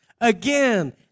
again